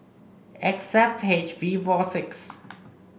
X F H V four six